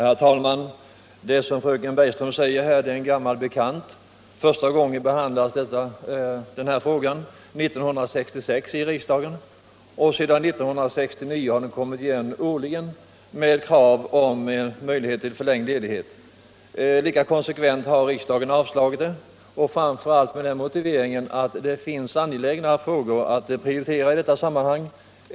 Herr talman! Det här är, som fröken Bergström sade, en gammal bekant. Första gången behandlades kravet på möjlighet till förlängd ledighet i riksdagen 1966. Sedan 1969 har frågan kommit igen varje år. Lika konsekvent har riksdagen avslagit förslaget, framför allt med motiveringen att det finns angelägnare problem att lösa i detta sammanhang.